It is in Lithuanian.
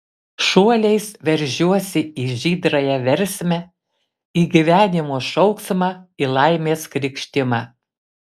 šuoliais veržiuosi į žydrąją versmę į gyvenimo šauksmą į laimės krykštimą